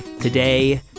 today